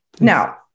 Now